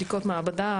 בדיקות מעבדה.